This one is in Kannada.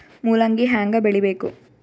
ಮೂಲಂಗಿ ಹ್ಯಾಂಗ ಬೆಳಿಬೇಕು?